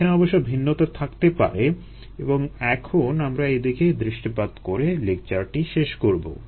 এখানে অবশ্যই ভিন্নতা থাকতে পারে এবং এখন আমরা এদিকেই দৃষ্টিপাত করে লেকচারটি শেষ করবো